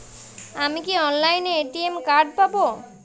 আমি কি অনলাইনে এ.টি.এম কার্ড পাব?